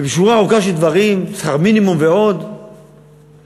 ובשורה ארוכה של דברים, שכר מינימום, ועוד עשינו.